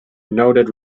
noted